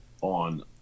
on